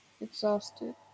exhausted